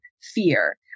fear